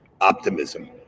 optimism